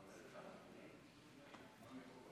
ממצא ארכיאולוגי למצוא